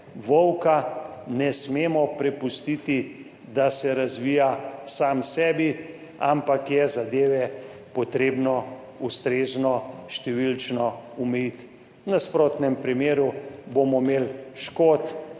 ne smemo prepustiti, da se razvija sam sebi, ampak je zadeve potrebno ustrezno številčno omejiti. V nasprotnem primeru bomo imeli škod,